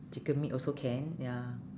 chicken meat also can ya